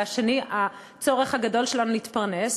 והשני הצורך הגדול שלנו להתפרנס.